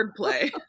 wordplay